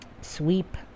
sweep